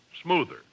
smoother